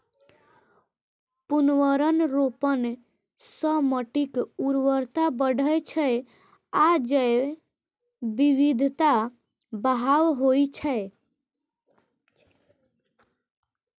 पुनर्वनरोपण सं माटिक उर्वरता बढ़ै छै आ जैव विविधता बहाल होइ छै